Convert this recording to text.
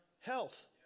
health